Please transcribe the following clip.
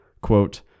quote